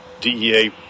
DEA